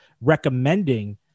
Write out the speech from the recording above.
recommending